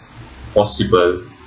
possible